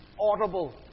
audible